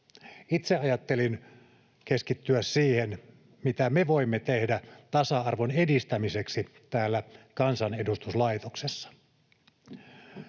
Itse ajattelin keskittyä siihen, mitä me voimme tehdä tasa-arvon edistämiseksi täällä kansanedustuslaitoksessa.